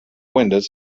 windows